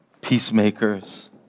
peacemakers